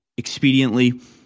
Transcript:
expediently